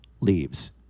leaves